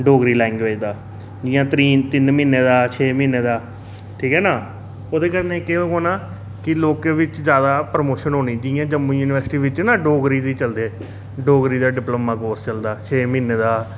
Dogri language दा जियां त्रीन तिन म्हीनै दा छे म्हीनै दा ठीक ऐ ना ओह्दे कन्नै केह् होना कि लोकें बिच्च जादा प्रमोशन होनी जियां जम्मू यूनिवर्सिटी बिच्च ना डोगरी दी चलदे डोगरी दा डिप्लोमा कोर्स चलदा छे म्हीनै दा